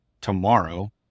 tomorrow